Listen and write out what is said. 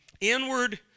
inward